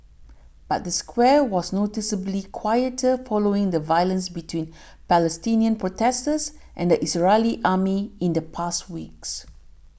but the square was noticeably quieter following the violence between Palestinian protesters and the Israeli army in the past weeks